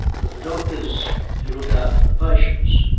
but the doctors who look after the patients,